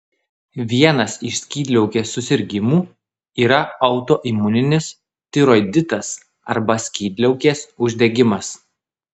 vienas iš skydliaukės susirgimų yra autoimuninis tiroiditas arba skydliaukės uždegimas